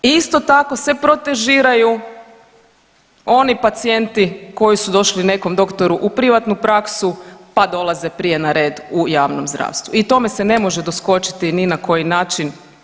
Isto se tako protežiraju oni pacijenti koji su došli nekom doktoru u privatnu praksu pa dolaze prije na red u javnom zdravstvu i tome se ne može doskočiti ni na koji način.